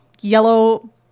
yellow